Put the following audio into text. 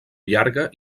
llarga